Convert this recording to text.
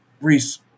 Reese